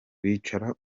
wicara